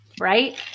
right